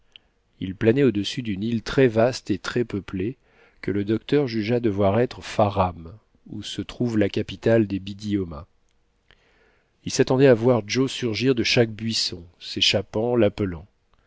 il planait au-dessus d'une île très vaste et très peuplée que le docteur jugea devoir être farram où se trouve la capitale des biddiomahs il s'attendait à voir joe surgir de chaque buisson s'échappant l'appelant